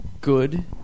good